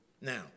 now